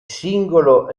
singolo